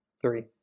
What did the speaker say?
Three